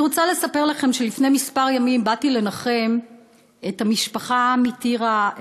אני רוצה לספר לכם שלפני כמה ימים באתי לנחם את המשפחה מטירה,